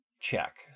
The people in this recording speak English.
check